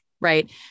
right